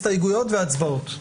הסתייגויות והצבעות.